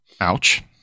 Ouch